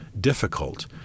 difficult